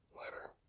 later